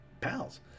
pals